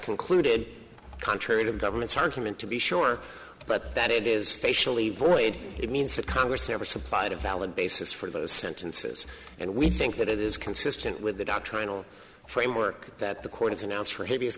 concluded contrary to the government's argument to be sure but that it is facially void it means that congress never supplied a valid basis for those sentences and we think that it is consistent with the doctrinal framework that the court has announced for hideous